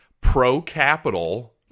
pro-capital